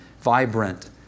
vibrant